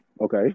okay